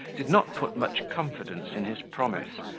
did not put much confidence in his promise,